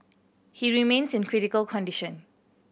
he remains in critical condition